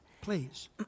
Please